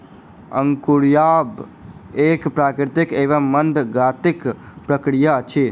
अंकुरायब एक प्राकृतिक एवं मंद गतिक प्रक्रिया अछि